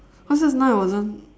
cause just now it wasn't